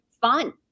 fun